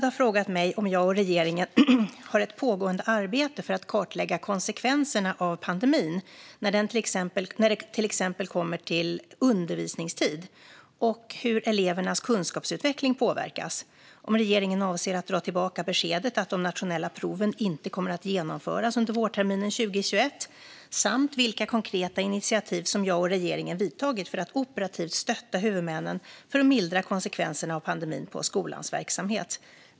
har frågat mig om jag och regeringen har ett pågående arbete för att kartlägga konsekvenserna av pandemin när det till exempel kommer till undervisningstid och hur elevernas kunskapsutveckling påverkas, om regeringen avser att dra tillbaka beskedet att de nationella proven inte kommer att genomföras under vårterminen 2021 samt vilka konkreta initiativ som jag och regeringen vidtagit för att operativt stötta huvudmännen för att mildra konsekvenserna av pandemin för skolans verksamhet.